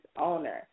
owner